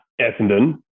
Essendon